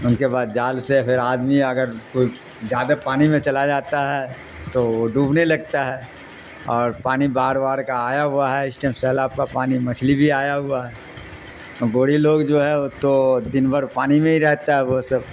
ان کے بعد جال سے پھر آدمی اگر کوئی زیادہ پانی میں چلا جاتا ہے تو وہ ڈوبنے لگتا ہے اور پانی بار بار کا آیا ہوا ہے اس ٹائم سیلا آب کا پانی مچھلی بھی آیا ہوا ہے گوڑی لوگ جو ہے وہ تو دن بھر پانی میں ہی رہتا ہے وہ سب